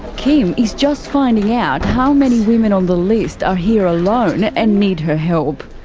kim is just finding out how many women on the list are here alone and need her help.